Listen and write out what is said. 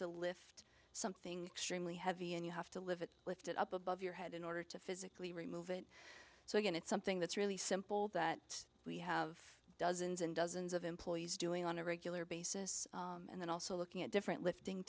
to lift something really heavy and you have to live it lifted up above your head in order to physically remove it so again it's something that's really simple that we have dozens and dozens of employees doing on a regular basis and then also looking at different lifting